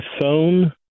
phone